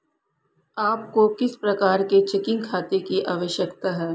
आपको किस प्रकार के चेकिंग खाते की आवश्यकता है?